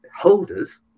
holders